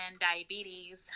diabetes